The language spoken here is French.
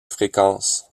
fréquence